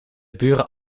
buren